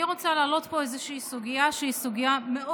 אני רוצה להעלות פה איזושהי סוגיה שהיא מאוד